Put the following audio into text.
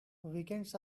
weekends